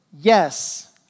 yes